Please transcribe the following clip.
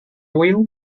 wheel